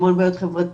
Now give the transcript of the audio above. המון בעיות חברתיות,